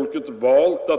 upprätthållas.